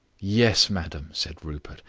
yes, madam, said rupert,